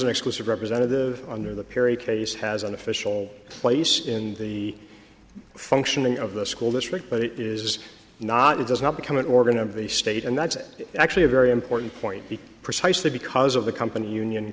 an exclusive representative under the perry case has an official place in the functioning of the school district but it is not it does not become an organ of the state and that's actually a very important point because precisely because of the company union